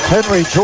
Henry